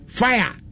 fire